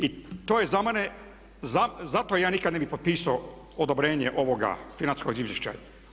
I to je za mene, zato je nikad ne bih potpisao odobrenje ovog financijskog izvješća.